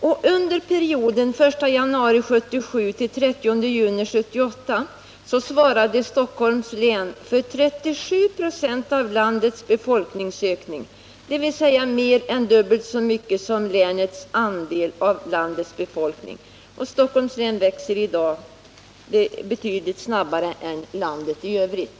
Och under perioden 1 januari 1977-30 juni 1978 svarade Stockholms län för 37 96 av landets befolkningsökning, dvs. mer än dubbelt så mycket som länets andel av landets befolkning. Och Stockholms län växer i dag betydligt snabbare än landet i övrigt.